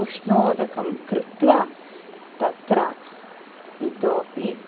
उष्णोदकं कृत्वा तत्र इतोऽपि